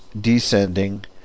descending